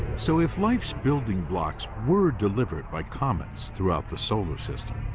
so if life's building blocks were delivered by comets throughout the solar system,